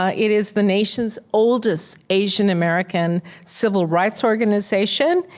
ah it is the nation's oldest asian american civil rights organization.